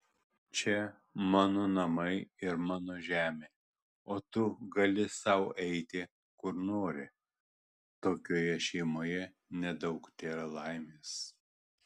čia mano namai ir mano žemė o tu gali sau eiti kur nori tokioje šeimoje nedaug tėra laimės